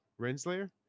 Renslayer